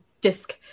Disc